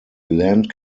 land